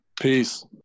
Peace